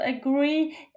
agree